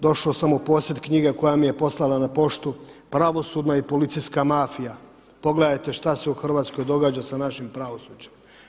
Došao sam u posjed knjige koja mi je poslana na poštu, „Pravosudna i policijska mafija“, pogledajte šta se u Hrvatskoj događa sa našim pravosuđem.